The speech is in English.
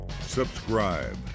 subscribe